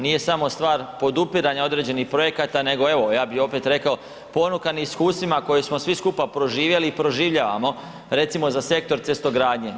Nije samo stvar podupiranja određenih projekata nego evo ja bih opet rekao ponukan iskustvima koje smo svi skupa proživjeli i proživljavamo, recimo za sektor cestogradnje.